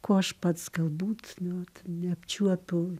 ko aš pats galbūt nu vat neapčiuopiau